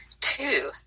two